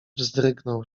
wzdrygnął